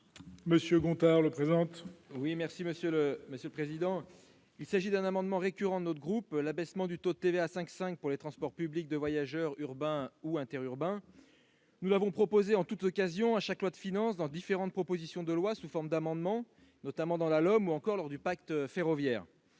Guillaume Gontard, pour présenter l'amendement n° 872. Il s'agit d'un amendement récurrent de notre groupe visant à abaisser le taux de TVA à 5,5 % pour les transports publics réguliers de voyageurs urbains ou interurbains. Nous l'avons proposé en toutes occasions, à chaque loi de finances, dans différentes propositions de loi, sous forme d'amendements, notamment dans la LOM ou encore lors du Pacte ferroviaire.